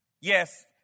Yes